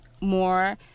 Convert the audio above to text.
more